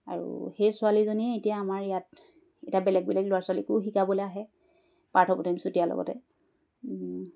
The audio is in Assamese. আৰু সেই ছোৱালীজনীয়ে এতিয়া আমাৰ ইয়াত এতিয়া বেলেগ বেলেগ ল'ৰা ছোৱালীকো শিকাবলৈ আহে পাৰ্থপ্ৰতিম চুতীয়াৰ লগতে